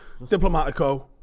Diplomatico